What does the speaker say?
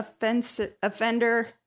offender